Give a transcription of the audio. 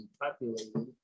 populated